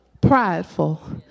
prideful